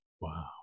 Wow